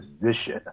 position